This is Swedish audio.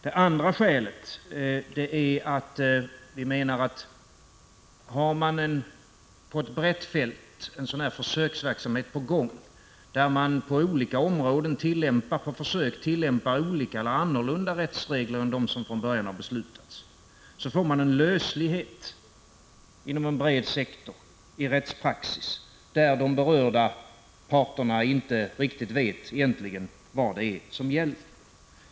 Det andra skälet är att vi menar, att om man inom ett så brett fält och på så olika områden på försök tillämpar olika eller annorlunda rättsregler än dem som från början beslutats, får man en löslighet i rättspraxis inom en bred sektor, där de berörda parterna inte riktigt vet vad som gäller.